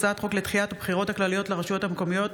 הצעת חוק לדחיית הבחירות הכלליות לרשויות המקומיות,